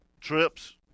trips